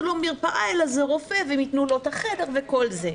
לא מרפאה אלא זה רופא והם יתנו לו את החדר וכל זה.